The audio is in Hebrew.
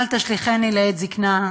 אל תשליכני לעת זיקנה.